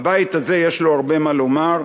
הבית הזה יש לו הרבה מה לומר,